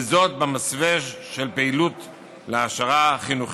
וזאת במסווה של פעילות להעשרה חינוכית.